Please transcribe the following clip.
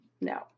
No